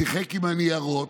הוא שיחק עם הניירות,